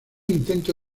intento